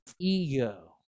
Ego